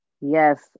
yes